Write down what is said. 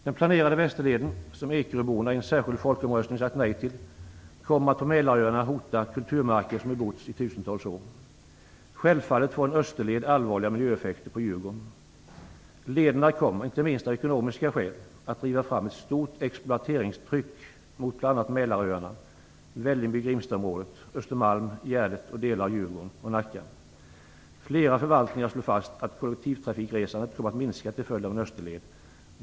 Den planerade västerleden, som ekeröborna i en särskild folkomröstning sagt nej till, kommer på Mälaröarna att hota kulturmarker som bebotts i tusentals år. Självfallet får en österled allvarliga miljöeffekter på Djurgården. Lederna kommer, inte minst av ekonomiska skäl, att driva fram ett stort exploateringstryck mot bl.a. Mälaröarna, Vällingby-Grimstaområdet, Östermalm, Gärdet och delar av Djurgården och Nacka. Flera förvaltningar slår fast att kollektivtrafikresandet kommer att minska till följd av en österled.